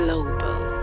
Global